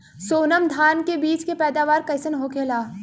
सोनम धान के बिज के पैदावार कइसन होखेला?